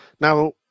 Now